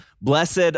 blessed